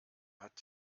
hat